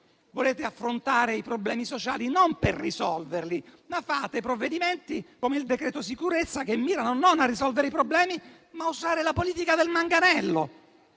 Volete affrontare i problemi sociali non per risolverli. Fate dei provvedimenti, come il decreto sicurezza, che mirano non a risolvere i problemi, ma ad usare la politica del manganello.